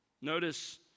Notice